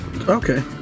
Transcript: Okay